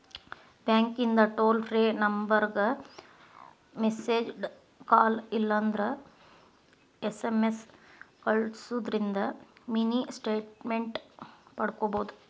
ಬ್ಯಾಂಕಿಂದ್ toll free ನಂಬರ್ಗ missed call ಇಲ್ಲಂದ್ರ ಎಸ್.ಎಂ.ಎಸ್ ಕಲ್ಸುದಿಂದ್ರ ಮಿನಿ ಸ್ಟೇಟ್ಮೆಂಟ್ ಪಡ್ಕೋಬೋದು